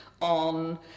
on